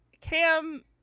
Cam